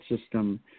system